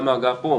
גם ההגעה פה,